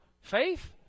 faith